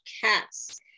cats